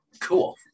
cool